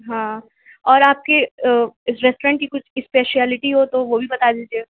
ہاں اور آپ کے اس ریسٹورینٹ کی کچھ اسپیشیلیٹی ہو تو وہ بھی بتا دیجئے